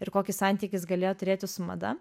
ir kokį santykį jis galėjo turėti su mada